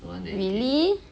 really